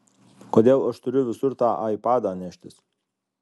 kodėl aš turiu visur tą aipadą neštis